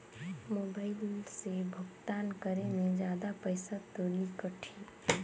Mobile से भुगतान करे मे जादा पईसा तो नि कटही?